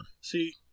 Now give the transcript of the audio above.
See